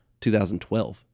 2012